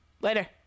Later